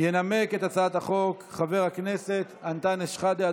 ינמק את הצעת החוק חבר הכנסת אנטאנס שחאדה.